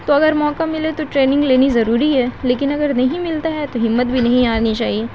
تو اگر موقع ملے تو ٹریننگ لینی ضروری ہے لیکن اگر نہیں ملتا ہے تو ہمت بھی نہیں ہارنی چاہیے